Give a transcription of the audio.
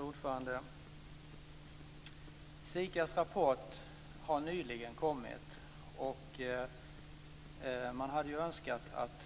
Fru talman! SIKA:s rapport har nyligen kommit. Man hade ju önskat att